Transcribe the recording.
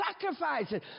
sacrifices